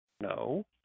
No